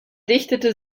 dichtete